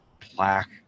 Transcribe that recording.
plaque